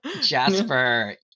Jasper